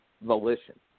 Volition